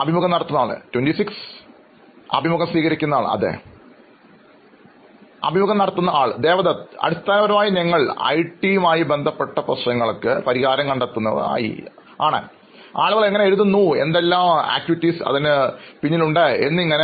അഭിമുഖം നടത്തുന്നയാൾ 26 അഭിമുഖ സ്വീകരിക്കുന്നയാൾ അതെ അഭിമുഖം നടത്തുന്നയാൾ ദേവദത്ത് അടിസ്ഥാനപരമായി ഞങ്ങൾ ഐ ടി ബന്ധപ്പെട്ട പ്രശ്നങ്ങൾക്ക്ഗാനം പരിഹാരം കണ്ടെത്തുന്നവർ ആയി പ്രവർത്തിക്കുന്നു ആളുകൾ എങ്ങനെ എഴുതുന്നു എന്തെല്ലാം പ്രവർത്തനങ്ങൾ അതിനു പുറകിൽ ഉണ്ട് എന്നിങ്ങനെ